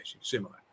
similar